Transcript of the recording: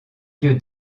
lieu